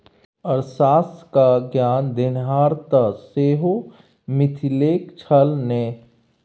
अर्थशास्त्र क ज्ञान देनिहार तँ सेहो मिथिलेक छल ने